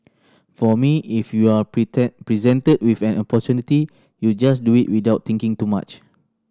for me if you are pretend presented with an opportunity you just do it without thinking too much